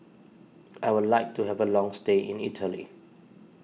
I would like to have a long stay in Italy